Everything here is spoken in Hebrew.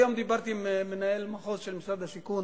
היום דיברתי עם מנהל המחוז של משרד השיכון